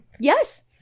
Yes